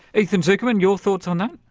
ethan zuckerman, your thoughts on that?